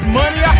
money